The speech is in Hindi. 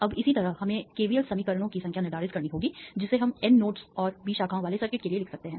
अब इसी तरह हमें केवीएल समीकरणों की संख्या निर्धारित करनी होगी जिसे हम N नोड्स और B शाखाओं वाले सर्किट के लिए लिख सकते हैं